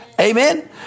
Amen